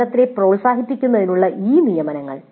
പഠനത്തെ പ്രോത്സാഹിപ്പിക്കുന്നതിനുള്ള ഈ നിയമനങ്ങൾ